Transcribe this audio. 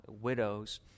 widows